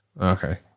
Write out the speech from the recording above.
Okay